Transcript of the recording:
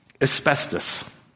asbestos